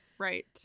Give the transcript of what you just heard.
Right